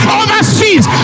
overseas